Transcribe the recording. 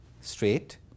Straight